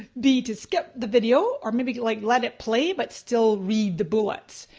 be to skip the video or maybe like let it play but still read the bullets?